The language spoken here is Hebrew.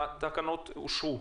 התקנות אושרו.